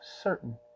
certain